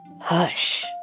hush